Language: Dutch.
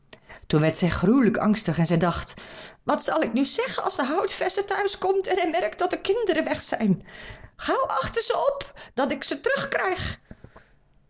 toen werd zij gruwelijk angstig en zij dacht wat zal ik nu zeggen als de houtvester thuis komt en hij merkt dat de kinderen weg zijn gauw ze achter op dat ik ze terug